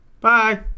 Bye